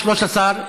(תיקון מס' 14)